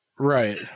Right